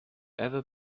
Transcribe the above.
ever